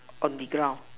on the ground